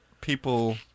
people